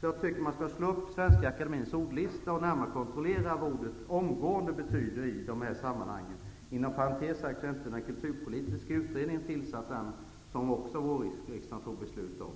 Jag tycker att de berörda skall slå upp Svenska Akademiens ordlista och närmare kontrollera vad ordet omgående betyder. Inom parentes sagt är inte den kulturpolitiska utredningen tillsatt än. Den fattade också vårriksdagen beslut om.